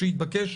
כשהתבקש,